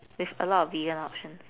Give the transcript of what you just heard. with a lot of vegan options